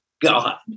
God